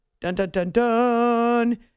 dun-dun-dun-dun